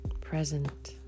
present